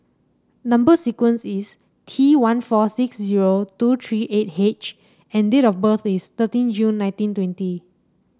number sequence is T one four six zero two three eight H and date of birth is thirteen June nineteen twenty